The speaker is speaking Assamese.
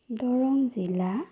দৰং জিলা